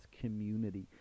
community